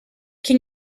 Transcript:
can